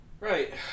Right